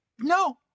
no